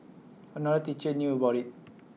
another teacher knew about IT